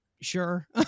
sure